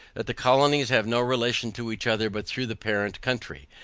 that the colonies have no relation to each other but through the parent country,